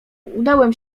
udałem